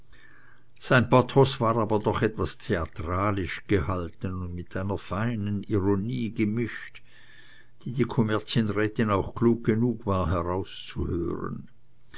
sein pathos war aber doch etwas theatralisch gehalten und mit einer feinen ironie gemischt die die kommerzienrätin auch klug genug war herauszuhören